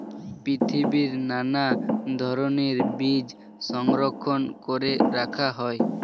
পৃথিবীর নানা ধরণের বীজ সংরক্ষণ করে রাখা হয়